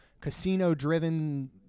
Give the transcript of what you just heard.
casino-driven